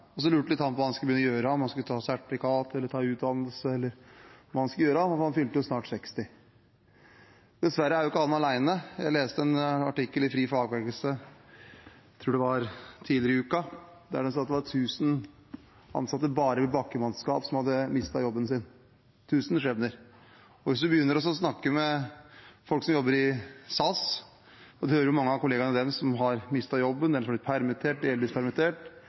gjøre, om han skulle ta sertifikat eller utdannelse, for han fylte jo snart 60. Dessverre er han ikke alene. Jeg leste en artikkel i FriFagbevegelse, jeg tror det var tidligere i uka, der det sto at det var 1 000 ansatte bare av bakkemannskap som hadde mistet jobben sin – 1 000 skjebner. Og hvis en begynner å snakke med folk som jobber i SAS, hører en om mange kollegaer som har mistet jobben eller blitt permittert eller delvis permittert,